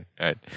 right